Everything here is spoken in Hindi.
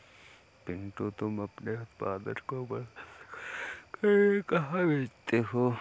पिंटू तुम अपने उत्पादन को प्रसंस्करण करने कहां भेजते हो?